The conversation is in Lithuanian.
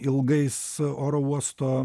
ilgais oro uosto